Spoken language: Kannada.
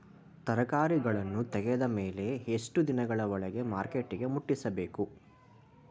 ತರಕಾರಿಗಳನ್ನು ತೆಗೆದ ಮೇಲೆ ಎಷ್ಟು ದಿನಗಳ ಒಳಗೆ ಮಾರ್ಕೆಟಿಗೆ ಮುಟ್ಟಿಸಬೇಕು?